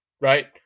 right